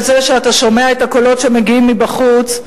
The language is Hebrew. זה שאתה שומע את הקולות שמגיעים מבחוץ,